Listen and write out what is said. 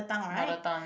mother tongue